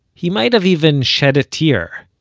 he might have even shed a tear.